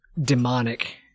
demonic